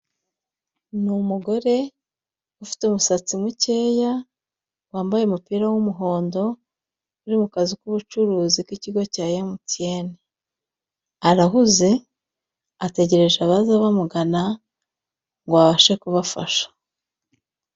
Ni umugore ufite umusatsi mukeya wambaye umupira w'umuhondo uri mu kazu k'ubucuruzi k'ikigo cya emutiyeni. Arahuze ategereje abaza bamugana, ngo abashe kubafasha.